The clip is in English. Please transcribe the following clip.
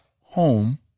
Home